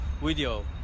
video